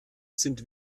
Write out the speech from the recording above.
sind